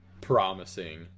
promising